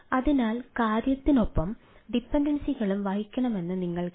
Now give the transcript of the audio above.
അതിനാൽ കാര്യത്തിനൊപ്പം ഡിപൻഡൻസികളും വഹിക്കണമെന്ന് നിങ്ങൾക്കില്ല